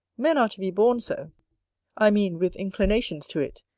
men are to be born so i mean, with inclinations to it,